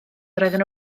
roedden